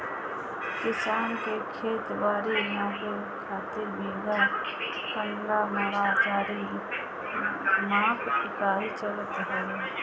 किसान के खेत बारी नापे खातिर बीघा, कठ्ठा, मंडा, जरी माप इकाई चलत हवे